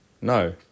No